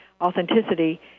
authenticity